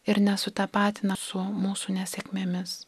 ir nesutapatina su mūsų nesėkmėmis